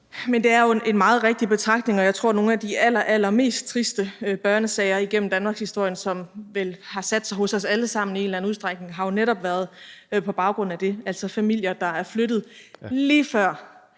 Det er jo en meget rigtig betragtning. Jeg tror jo netop, at nogle af de allerallermest triste børnesager igennem danmarkshistorien, som vel har sat sig hos os alle sammen i en eller anden udstrækning, har været på baggrund af det, altså familier, der er flyttet, lige før